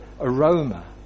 aroma